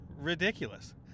ridiculous